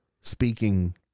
speaking